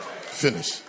Finish